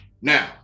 Now